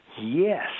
Yes